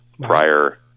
prior